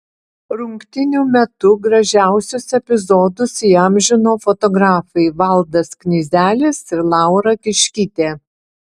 rungtynių metu gražiausius epizodus įamžino fotografai valdas knyzelis ir laura kiškytė